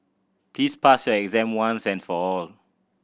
please pass your exam once and for all